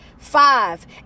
Five